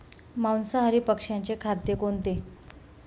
मांसाहारी पक्ष्याचे खाद्य कोणते?